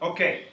Okay